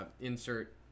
insert